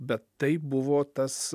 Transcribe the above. bet tai buvo tas